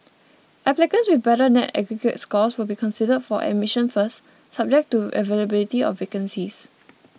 applicants with better net aggregate scores will be considered for admission first subject to the availability of vacancies